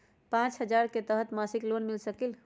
पाँच हजार के तहत मासिक लोन मिल सकील?